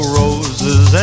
roses